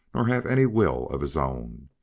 nor have any will of his own,